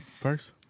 first